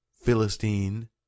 Philistine